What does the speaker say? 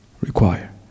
require